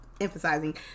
emphasizing